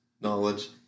knowledge